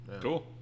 Cool